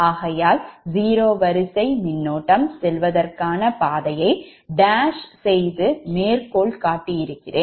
ஆகையால் 0 வரிசை மின்னோட்டம் செல்வதற்கான பாதையை செய்து மேற்கோள் காட்டியிருக்கிறேன்